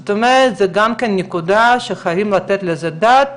זו גם נקודה שחייבים לתת על זה את הדעת.